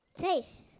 Chase